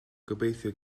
gobeithio